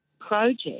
project